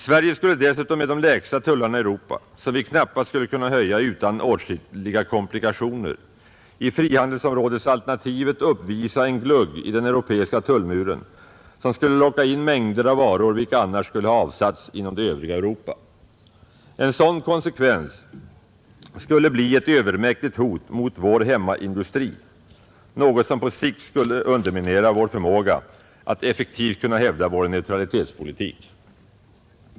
Sverige skulle dessutom med de lägsta tullarna i Europa, som vi knappast skulle kunna höja utan åtskilliga komplikationer, i frihandelsområdesalternativet uppvisa en glugg i den europeiska tullmuren, som skulle locka in mängder av varor, vilka annars skulle ha avsatts inom det övriga Europa. En sådan konsekvens skulle bli ett övermäktigt hot mot vår hemmaindustri, något som på sikt skulle underminera vår förmåga att effektivt hävda vår neutralitetspolitik.